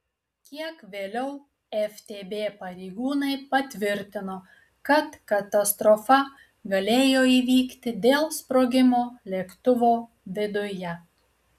kiek vėliau ftb pareigūnai patvirtino kad katastrofa galėjo įvykti dėl sprogimo lėktuvo viduje